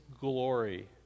glory